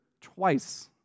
twice